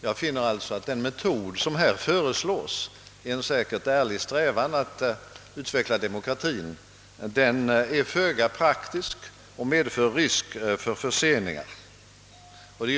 Jag finner alltså att den metod som här föreslås säkert är uttryck för en ärlig strävan att utveckla demokratien, men den är föga praktisk och medför risk för förseningar.